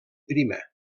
prima